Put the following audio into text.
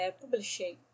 publishing